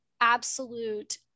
absolute